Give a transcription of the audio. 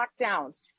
lockdowns